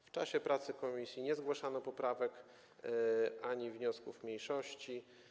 W czasie prac komisji nie zgłaszano poprawek ani wniosków mniejszości.